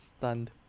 stunned